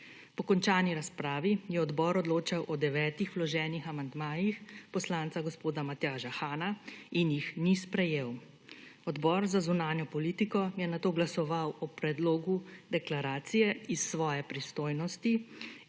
Po končani razpravi je odbor odločil od devetih vloženih amandmajih poslanca gospoda Matjaža Hana in jih ni sprejel. Odbor za zunanjo politiko je nato glasoval o predlogu deklaracije iz svoje pristojnosti